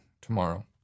tomorrow